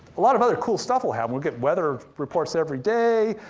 a lot of other cool stuff'll happen, we'll get weather reports every day,